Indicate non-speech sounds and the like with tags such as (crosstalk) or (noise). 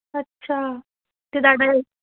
ਅੱਛਾ (unintelligible)